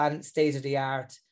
state-of-the-art